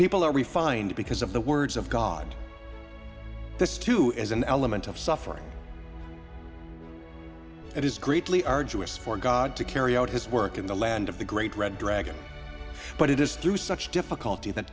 people are refined because of the words of god this too is an element of suffering it is greatly arduous for god to carry out his work in the land of the great red dragon but it is through such difficulty that